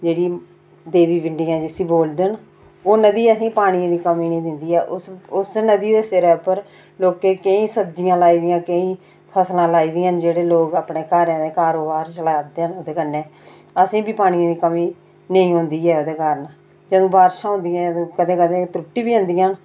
जेह्ड़ी देवी पिण्डियां जिसी बोलदे न ओह् नदी असें पानिये दी कमी निं दिन्दी ऐ उस उस नदी दे सिरै उप्पर लोकें केईं सब्जियां लाई दियां केईं फसलां लाई दियां न जेह्ड़े लोक अपने घरें दे कारोबार चला दे न ओह्दे कन्नै असें बी पानिये दी कमी नेईं औंदी ऐ ओह्दे कारण जदूं बार्शां होंदियां कदें कदें त्रुट्टी बी जन्दियां न